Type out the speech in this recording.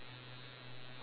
but that's memory